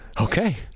okay